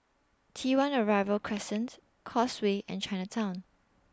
T one Arrival Crescent Causeway and Chinatown